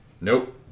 Nope